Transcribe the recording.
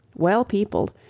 well peopled,